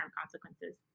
consequences